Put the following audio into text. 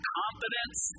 confidence